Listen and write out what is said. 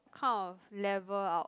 kind of level out